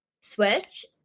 switch